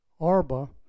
Arba